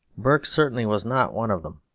burke certainly was not one of them.